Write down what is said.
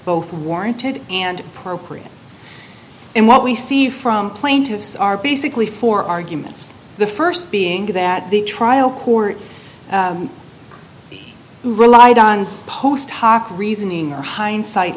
both warranted and appropriate and what we see from plaintiffs are basically four arguments the st being that the trial court relied on post hoc reasoning or hindsight